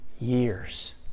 years